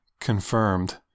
confirmed